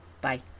Bye